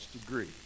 degree